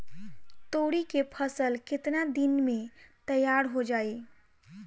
तोरी के फसल केतना दिन में तैयार हो जाई?